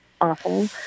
awful